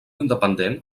independent